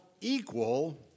equal